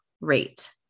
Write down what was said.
rate